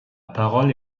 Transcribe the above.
parole